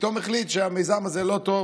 ופתאום החליט שהמיזם הזה לא טוב,